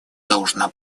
должна